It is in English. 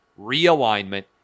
realignment